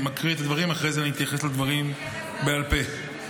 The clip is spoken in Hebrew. אחרי זה אני אתייחס לדברים בעל פה.